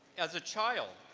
as a child,